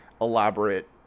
elaborate